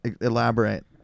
Elaborate